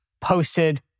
posted